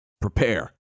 Prepare